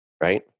right